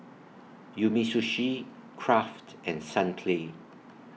Umisushi Kraft and Sunplay